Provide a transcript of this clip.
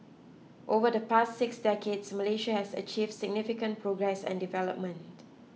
over the past six decades Malaysia has achieved significant progress and development